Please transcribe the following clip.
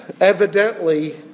evidently